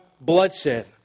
bloodshed